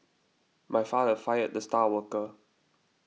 my father fired the star worker